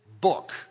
book